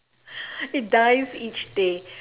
it dies each day